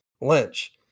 Lynch